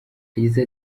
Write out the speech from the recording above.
yagize